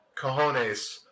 cojones